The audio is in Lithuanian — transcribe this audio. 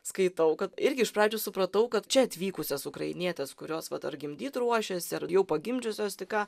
skaitau kad irgi iš pradžių supratau kad čia atvykusios ukrainietės kurios vat ar gimdyt ruošiasi ar jau pagimdžiusios tik ką